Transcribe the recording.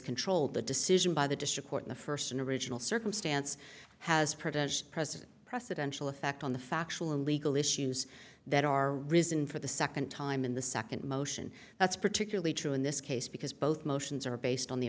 control the decision by the district court in the first in original circumstance has privileged president precedential effect on the factual and legal issues that are risen for the second time in the second motion that's particularly true in this case because both motions are based on the